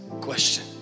question